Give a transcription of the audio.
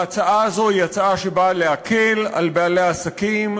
ההצעה הזאת היא הצעה שבאה להקל על בעלי העסקים,